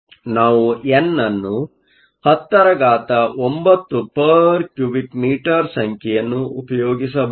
ಆದ್ದರಿಂದ ನಾವು ಎನ್ ಅನ್ನು 109 m 3 ಸಂಖ್ಯೆಯನ್ನು ಉಪಯೋಗಿಸಬಹುದು